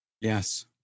yes